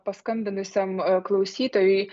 paskambinusiam klausytojui